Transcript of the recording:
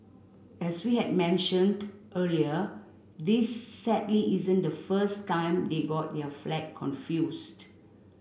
as we had mentioned earlier this sadly isn't the first time they got their flag confused